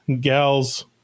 gals